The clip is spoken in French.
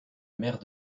mère